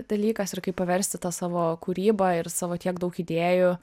dalykas ir kaip paversti tą savo kūrybą ir savo tiek daug idėjų